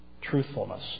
Truthfulness